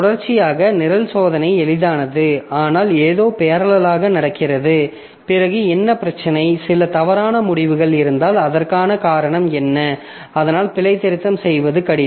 தொடர்ச்சியான நிரல் சோதனை எளிதானது ஆனால் ஏதோ பேரலல்லாக நடக்கிறது பிறகு என்ன பிரச்சினை சில தவறான முடிவுகள் இருந்தால் அதற்கான காரணம் என்ன அதனால் பிழைதிருத்தம் செய்வது கடினம்